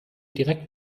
direkt